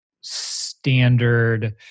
standard